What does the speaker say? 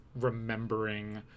remembering